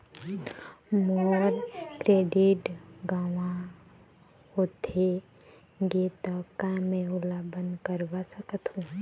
मोर credit गंवा होथे गे ता का मैं ओला बंद करवा सकथों?